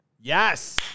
Yes